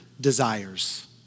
desires